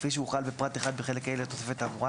כפי שהוחל בפרט 1 בחלק ה' לתוספת האמורה